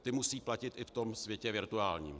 Ta musí platit i v tom světě virtuálním.